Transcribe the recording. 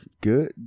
good